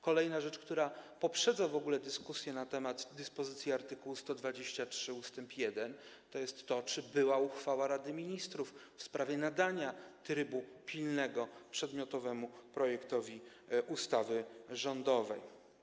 Kolejna rzecz, która poprzedza w ogóle dyskusję na temat dyspozycji art. 123 ust. 1, dotyczy tego, czy była uchwała Rady Ministrów w sprawie nadania trybu pilnego przedmiotowemu projektowi ustawy rządowej.